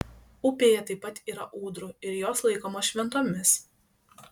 upėje taip pat yra ūdrų ir jos laikomos šventomis